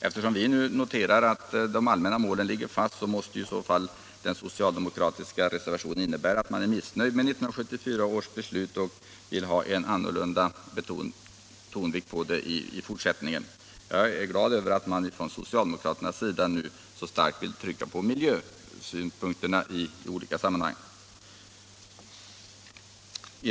Eftersom vi noterar att de allmänna målen ligger fast måste den socialdemokratiska reservationen innebära att reservanterna är missnöjda med 1974 års beslut. Jag är dock glad över att socialdemokraterna nu så starkt vill trycka på miljösynpunkterna.